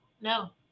no